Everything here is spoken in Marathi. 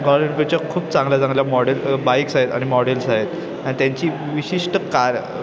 गॉर्मच्या खूप चांगल्या चांगल्या मॉडेल अ बाईक्स आहेत आणि मॉडेल्स आहेत अन त्यांची विशिष्ट कार